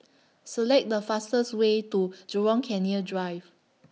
Select The fastest Way to Jurong Canal Drive